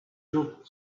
looked